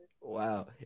Wow